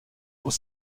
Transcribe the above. aux